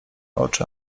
oczy